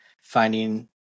finding